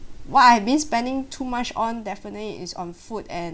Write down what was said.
what I've been spending too much on definitely is on food and